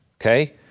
Okay